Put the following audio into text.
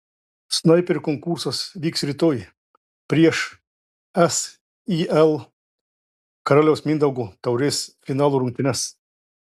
snaiperio konkursas vyks rytoj prieš sil karaliaus mindaugo taurės finalo rungtynes